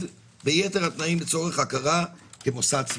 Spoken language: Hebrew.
ביתר התנאים לצורך הכרה כמוסד ציבורי".